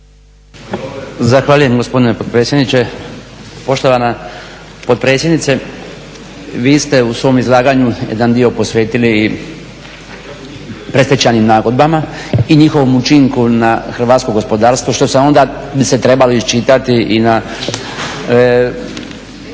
Zahvaljujem gospodine potpredsjedniče. Poštovana potpredsjednice, vi ste u svom izlaganju jedna dio posvetili i predstečajnim nagodbama i njihovom učinku na hrvatsko gospodarstvo što se onda, bi se trebali iščitati i na